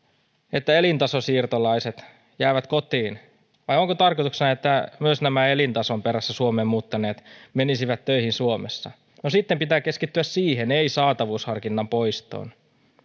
että elintasosiirtolaiset jäävät kotiin vai onko tarkoituksena että myös nämä elintason perässä suomeen muuttaneet menisivät töihin suomessa no sitten pitää keskittyä siihen ei saatavuusharkinnan poistoon